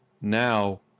now